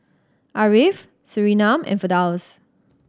Ariff Surinam and Firdaus